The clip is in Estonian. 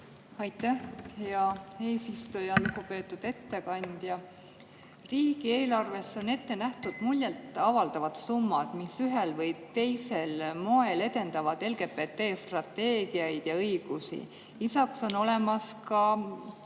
Aitäh, hea eesistuja! Lugupeetud ettekandja! Riigieelarves on ette nähtud muljet avaldavad summad, mis ühel või teisel moel edendavad LGBT[-kogukonna] strateegiaid ja õigusi. Lisaks on olemas rida